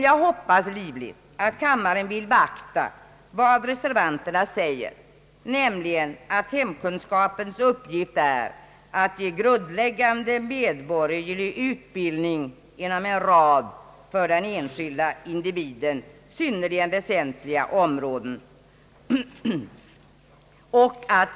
Jag hoppas livligt att kammaren vill beakta vad reservanterna säger, nämligen att hemkunskapens uppgift är att ge grundläggande medborgarutbildning inom en rad för den enskilda individen synnerligen väsentliga områden.